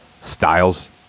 styles